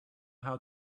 how